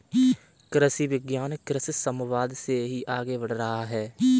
कृषि विज्ञान कृषि समवाद से ही आगे बढ़ रहा है